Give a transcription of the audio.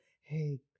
hey